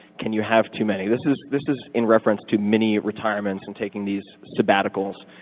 can you have too many? this is this is in reference to mini-retirements and taking these sabbaticals.